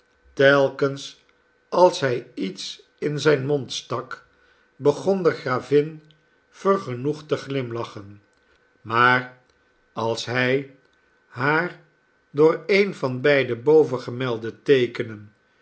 telkens als hij iets in zijn mond stak begon de gravin vergenoegd te glimlachen maar als hij haar door een van beide bovengemelde teekenen